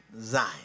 Zion